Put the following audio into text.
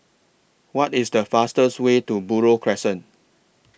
What IS The fastest Way to Buroh Crescent